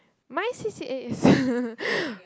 my C_C_A is